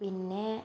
പിന്നെ